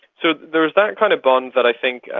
so there is that kind of bond that i think,